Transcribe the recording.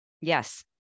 Yes